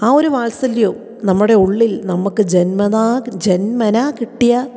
ആ ഒരു വാത്സല്യവും നമ്മുടെ ഉള്ളിൽ നമുക്ക് ജമനാ ജന്മനാ കിട്ടിയ